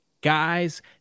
guys